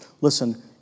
listen